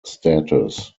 status